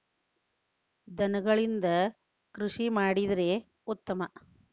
ದನಗಳಿಂದ ಕೃಷಿ ಮಾಡಿದ್ರೆ ಉತ್ತಮ